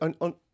on